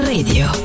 Radio